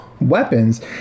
weapons